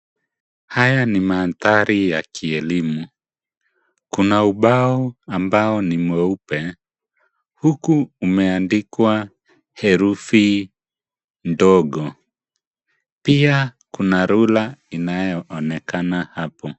Haya ni mandhari ya kielimu. Kuna ubao ambao ni mweupe, huku imeandikwa herufi ndogo, pioa kuna rula ambayo inaonekana hapo.